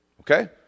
okay